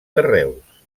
carreus